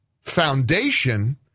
foundation